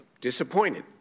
Disappointed